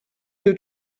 you